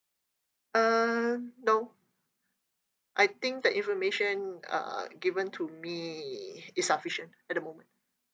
uh no I think the information uh given to me is sufficient at the moment